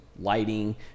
lighting